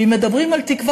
ואם מדברים על תקווה,